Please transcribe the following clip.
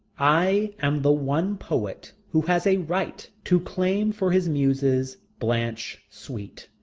i am the one poet who has a right to claim for his muses blanche sweet,